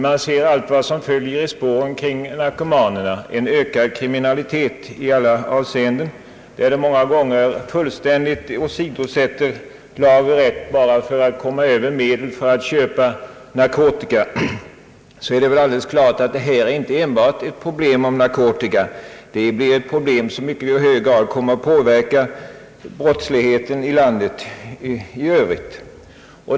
Man ser allt som följer i spåren: ökad kriminalitet i alla avseenden, ett många gånger fullständigt åsidosättande av lag och rätt, bara för att komma över medel för att köpa narkotika. Det är alldeles klart att detta problem inte enbart gäller narkotika utan i hög grad påverkar brottsligheten i övrigt.